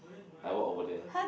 I walk over there